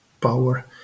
power